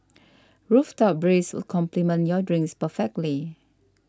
rooftop breeze will complement your drinks perfectly